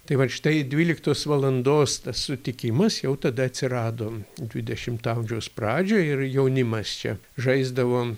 tai vat štai dvyliktos valandos tas sutikimas jau tada atsirado dvidešimto amžiaus pradžioj ir jaunimas čia žaisdavo